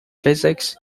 physics